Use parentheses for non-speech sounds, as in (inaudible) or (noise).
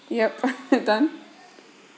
yup (laughs) done